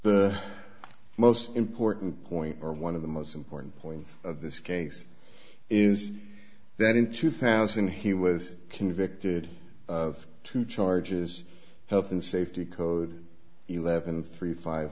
the most important point or one of the most important points of this case is that in two thousand he was convicted of two charges health and safety code eleven three five